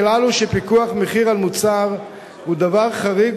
הכלל הוא שפיקוח על מחיר מוצר הוא דבר חריג,